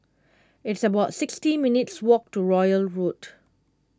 it's about sixty minutes' walk to Royal Road